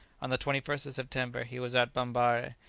on the twenty first of september he was at bambarre,